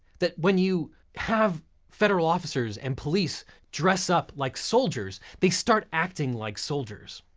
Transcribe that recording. that when you have federal officers and police dress up like soldiers, they start acting like soldiers.